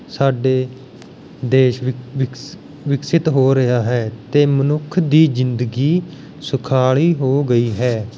ਸਾਡੇ ਦੇਸ਼ ਵਿਕ ਵਿਕਸ ਵਿਕਸਿਤ ਹੋ ਰਿਹਾ ਹੈ ਅਤੇ ਮਨੁੱਖ ਦੀ ਜ਼ਿੰਦਗੀ ਸੁਖਾਲੀ ਹੋ ਗਈ ਹੈ